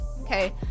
okay